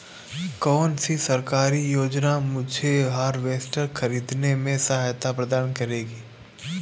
कौन सी सरकारी योजना मुझे हार्वेस्टर ख़रीदने में सहायता प्रदान करेगी?